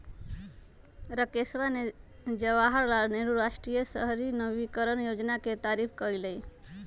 राकेशवा ने जवाहर लाल नेहरू राष्ट्रीय शहरी नवीकरण योजना के तारीफ कईलय